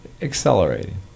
Accelerating